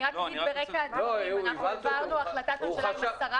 אני רק אגיד שאנחנו העברנו החלטת --- משטרה,